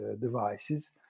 devices